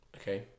Okay